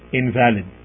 invalid